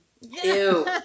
Ew